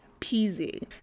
peasy